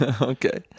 Okay